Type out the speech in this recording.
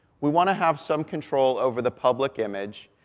we want to have some control over the public image,